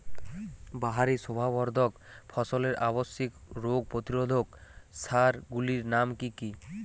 বাহারী শোভাবর্ধক ফসলের আবশ্যিক রোগ প্রতিরোধক সার গুলির নাম কি কি?